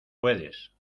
puedes